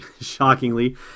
shockingly